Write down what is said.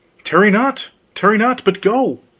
tarry not, tarry not, but go.